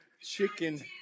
chicken